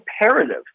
imperative